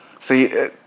See